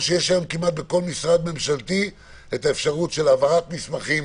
היום יש כמעט בכל משרד ממשלתי אפשרות של העברת מסמכים